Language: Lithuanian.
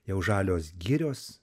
jau žalios girios